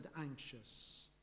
anxious